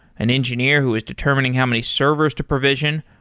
an engineer who is determining how many servers to provision,